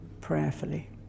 prayerfully